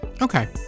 okay